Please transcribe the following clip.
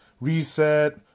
reset